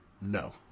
No